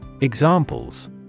Examples